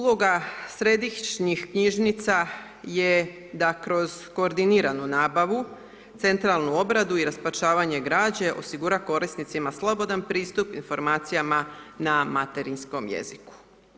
Uloga središnjih knjižnica je da kroz koordiniranu nabavu, centralnu obradu i raspačavanje građe osigura korisnicima slobodan pristup informacijama na materinskom jeziku.